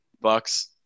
Bucks